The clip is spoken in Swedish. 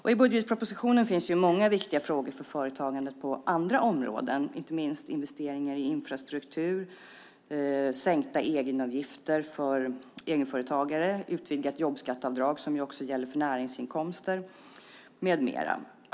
I budgetpropositionen finns många viktiga frågor för företagandet på andra områden, inte minst investeringar i infrastruktur, sänkta egenavgifter för egenföretagare, utvidgat jobbskatteavdrag, som också gäller för näringsinkomster, med mera.